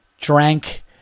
drank